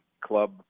club